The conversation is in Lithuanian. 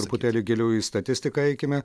truputėlį giliau į statistiką eikime